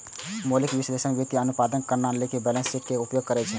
मौलिक विश्लेषक वित्तीय अनुपातक गणना लेल बैलेंस शीट के उपयोग करै छै